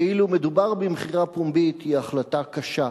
כאילו מדובר במכירה פומבית, היא החלטה קשה.